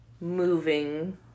moving